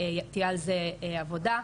על זה עבודה.